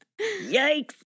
Yikes